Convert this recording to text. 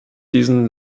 diesen